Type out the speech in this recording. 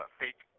fake